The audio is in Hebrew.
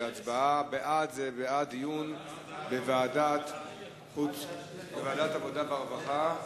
בעד זה בעד דיון בוועדת העבודה, הרווחה והבריאות.